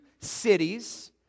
cities